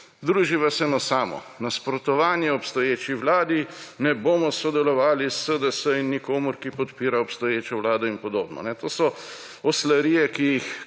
Druži vas eno samo nasprotovanje obstoječi vladi: Ne bomo sodelovali s SDS in nikomer, ki podpira obstoječo vlado. In podobno. To so oslarije, ki –